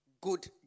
good